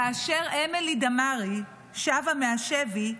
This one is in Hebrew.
כאשר אמילי דמארי שבה מהשבי,